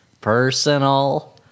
personal